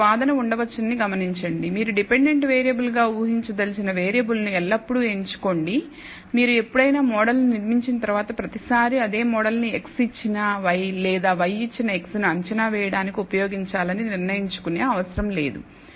మీరు ఒక వాదన ఉండవచ్చునని గమనించండి మీరు డిపెండెంట్ వేరియబుల్ గా ఊహించదలిచిన వేరియబుల్ను ఎల్లప్పుడూ ఎంచుకోండి మీరు ఎప్పుడైనా మోడల్ను నిర్మించిన తర్వాత ప్రతిసారి అదే మోడల్ ని x ఇచ్చిన y లేదా y ఇచ్చిన x ను అంచనా వేయడానికి ఉపయోగించాలని నిర్ణయించుకునే అవసరం లేదు